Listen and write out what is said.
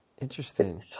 Interesting